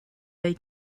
they